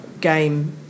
game